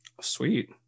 sweet